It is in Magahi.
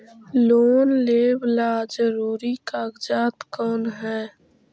लोन लेब ला जरूरी कागजात कोन है?